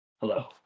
Hello